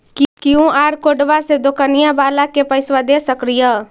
QR कोडबा से दुकनिया बाला के पैसा दे सक्रिय?